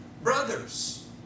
brothers